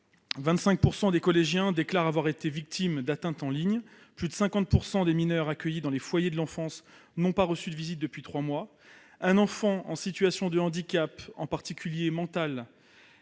25 % des collégiens déclarent avoir été victimes d'atteintes en ligne, plus de 50 % des mineurs accueillis dans les foyers de l'enfance n'ont pas reçu de visite depuis trois mois, un enfant en situation de handicap, en particulier mental,